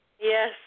Yes